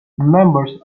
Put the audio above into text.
members